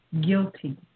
guilty